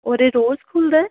ਔਰ ਇਹ ਰੋਜ਼ ਖੁੱਲਦਾ ਹੈ